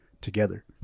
together